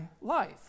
life